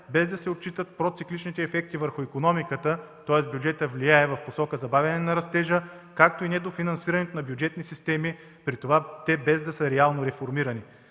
без да се отчитат процикличните ефекти върху икономиката, тоест бюджетът влияе в посока забавяне на растежа, както и недофинансирането на бюджетни системи, при това без те да са реално реформирани.